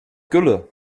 gülle